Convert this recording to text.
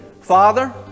Father